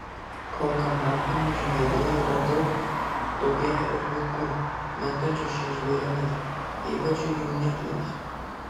kol kanopinių žvėrių yra daug daugėja ir vilkų mintančių šiais žvėrimis ypač jų jaunikliais